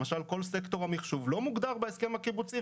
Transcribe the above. למשל כל סקטור המחשוב לא מוגדר בהסכם הקיבוצי,